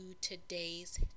today's